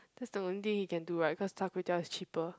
that's the only thing he can do right cause Char-Kway-Teow is cheaper